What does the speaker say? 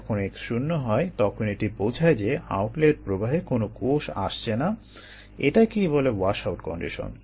যখন x শূণ্য হয় তখন এটা বোঝায় যে আউটলেট প্রবাহে কোনো কোষ আসছে না এটাকেই বলে ওয়াশআউট কন্ডিশন